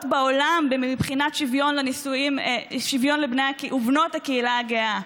בעולם מבחינת שוויון לבני ובנות הקהילה הגאה.